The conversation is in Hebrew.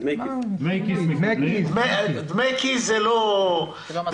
דמי כיס זה לא נחשב.